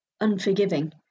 unforgiving